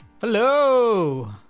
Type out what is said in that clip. Hello